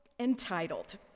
entitled